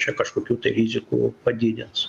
čia kažkokių rizikų padidins